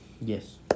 Yes